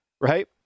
right